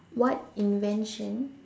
what invention